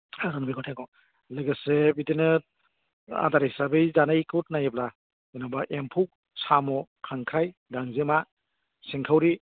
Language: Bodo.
मैगं थाइगं लोगोसे बिदिनो आदार हिसाबै जानायखौ नायोब्ला जेनेबा एम्फौ साम' खांख्राइ गांजेमा सिंखावरि